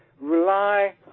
rely